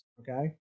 okay